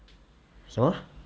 什么